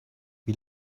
wie